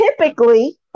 typically